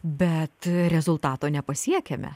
bet rezultato nepasiekiame